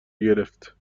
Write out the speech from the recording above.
گرفت